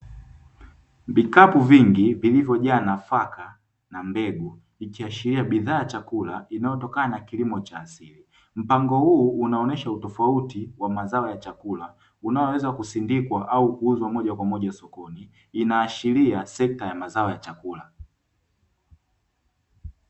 Vikapu vingi vilivyojaa nafaka na mbegu ikiashiria bidhaa ya chakula inayotokana na kilimo cha asili, mpango huu unaonyesha utofauti wa mazao ya chakula unaweza kusindikwa au kuuzwa moja kwa moja sokoni inaashiria sekta ya mazao ya chakula.